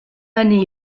année